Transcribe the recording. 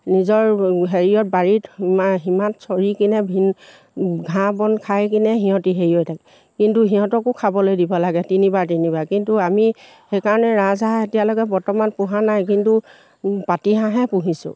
নিজৰ হেৰিয়ত বাৰীত সীমাত চৰি কিনে ভিন ঘাঁহ বন খাই কিনে সিহঁতি হেৰি হৈ থাকে কিন্তু সিহঁতকো খাবলৈ দিব লাগে তিনিবাৰ তিনিবাৰ কিন্তু আমি সেইকাৰণে ৰাজহাঁহ এতিয়ালৈকে বৰ্তমান পোহা নাই কিন্তু পাতিহাঁহহে পুহিছোঁ